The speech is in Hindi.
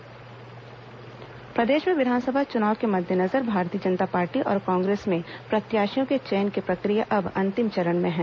कांग्रेस भाजपा बैठक प्रदेश में विधानसभा चुनाव के मद्देनजर भारतीय जनता पार्टी और कांग्रेस में प्रत्याशियों के चयन की प्रक्रिया अब अंतिम चरण में है